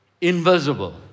Invisible